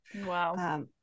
wow